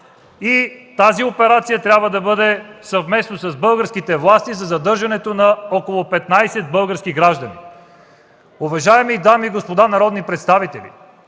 Тази операция трябва да бъде съвместно с българските власти за задържането на около 15 български граждани. Уважаеми дами и господа народни представители!